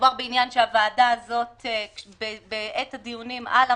מדובר בעניין שהוועדה הזו בעת הדיונים על המענקים,